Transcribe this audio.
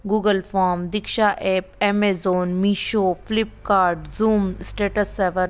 Google form Diksha app Amazon Meesho Flipkart Zoom status saver